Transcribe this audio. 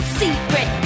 secret